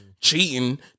cheating